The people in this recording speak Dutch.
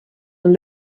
een